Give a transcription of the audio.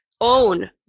own